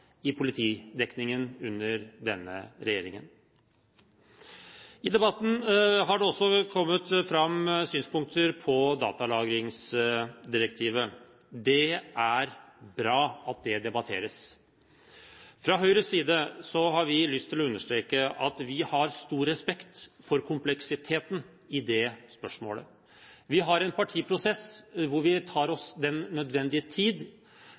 i politidekningen under denne regjeringen. I debatten har det også kommet fram synspunkter på datalagringsdirektivet. Det er bra at det debatteres. Fra Høyres side har vi lyst til å understreke at vi har stor respekt for kompleksiteten i det spørsmålet. Vi har en partiprosess hvor vi tar oss den nødvendige tid